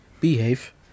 behave